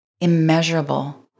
immeasurable